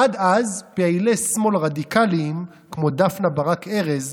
עד אז פעילי שמאל רדיקליים כמו דפנה ברק ארז,